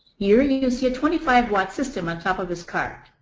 here, you will see a twenty five watt system on top of his cart.